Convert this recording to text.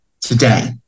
today